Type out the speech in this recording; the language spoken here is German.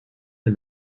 wir